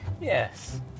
Yes